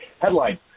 Headline